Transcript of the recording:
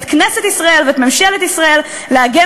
את כנסת ישראל ואת ממשלת ישראל לעגן